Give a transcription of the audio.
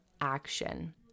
action